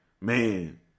man